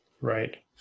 right